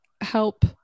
help